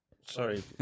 sorry